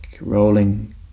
Rolling